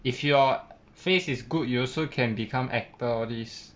if your face is good you also can become actor all these